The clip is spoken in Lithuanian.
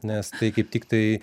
nes tai kaip tik tai